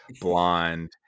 blonde